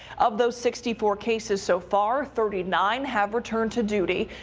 of those sixty four cases so far thirty nine have returned to duty.